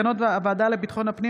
על מסקנות ועדת ביטחון הפנים